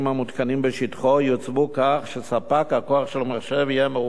בשטחו יוצבו כך שספק הכוח של המחשב יהיה מרוחק